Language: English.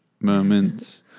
moments